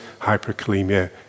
hyperkalemia